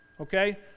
Okay